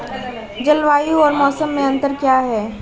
जलवायु और मौसम में अंतर क्या है?